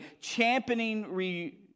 championing